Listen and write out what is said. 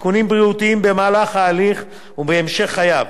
לסיכונים בריאותיים במהלך ההליך ובהמשך חייו.